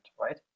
right